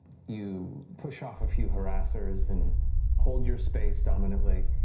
you push off a few harassers and hold your space dominantly.